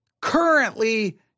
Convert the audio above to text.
currently